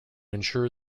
ensure